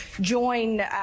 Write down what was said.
join